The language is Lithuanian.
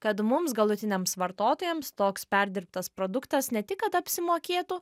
kad mums galutiniams vartotojams toks perdirbtas produktas ne tik kad apsimokėtų